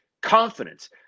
confidence